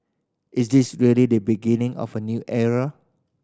is this really the beginning of a new era